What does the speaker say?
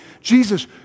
Jesus